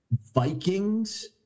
Vikings